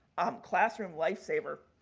um classroom lifesaver.